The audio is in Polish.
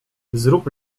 zrób